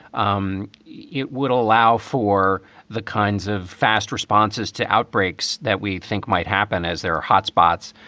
um it would allow for the kinds of fast responses to outbreaks that we think might happen as there are hotspots.